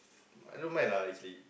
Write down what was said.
I don't mind lah actually